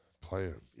playing